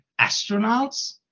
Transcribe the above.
astronauts